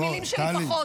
המילים שלי פחות.